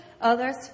Others